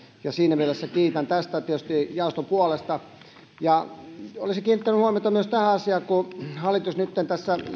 ja siinä mielessä kiitän tästä tietysti jaoston puolesta olisin kiinnittänyt huomiota myös tähän asiaan kun hallitus nytten tässä